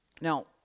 Now